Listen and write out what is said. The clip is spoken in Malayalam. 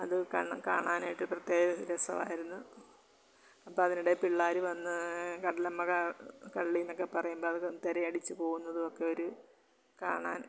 അത് കാണാനായിട്ട് പ്രത്യേക രസമായിരുന്നു അപ്പം അതിനിടെ പിള്ളാർ വന്ന് കടലമ്മ കള്ളിയെന്നൊക്കെ പറയുമ്പം അത് തിരയടിച്ച് പോവുന്നതും ഒക്കെയൊരു കാണാൻ